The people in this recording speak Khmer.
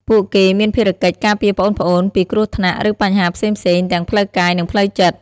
ពួកគេមានភារកិច្ច ការពារប្អូនៗ ពីគ្រោះថ្នាក់ ឬបញ្ហាផ្សេងៗ ទាំងផ្លូវកាយ និងផ្លូវចិត្ត។